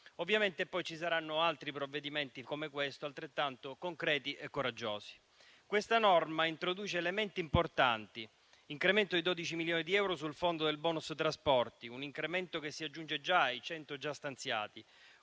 Ovviamente poi ci saranno altri provvedimenti come questo, altrettanto concreti e coraggiosi. Questa norma introduce elementi importanti: un incremento di 12 milioni di euro sul fondo del *bonus* trasporti, che si aggiunge ai 100 milioni già stanziati.